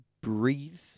breathe